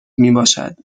میباشد